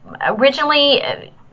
originally